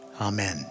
Amen